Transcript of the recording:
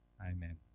Amen